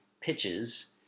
pitches